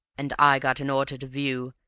and i got an order to view,